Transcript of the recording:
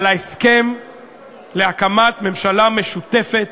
על ההסכם להקמת ממשלה משותפת